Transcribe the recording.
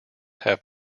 have